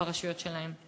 ברשויות שלהן.